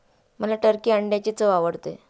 मला टर्की अंड्यांची चव आवडते